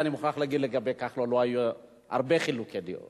אני מוכרח להגיד שלגבי כחלון לא היו חילוקי דעות